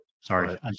Sorry